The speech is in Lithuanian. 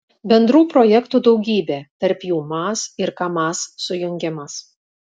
bendrų projektų daugybė tarp jų maz ir kamaz sujungimas